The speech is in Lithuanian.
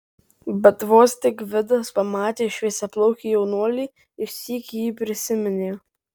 bet vos tik gvidas pamatė šviesiaplaukį jaunuolį išsyk jį prisiminė